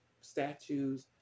statues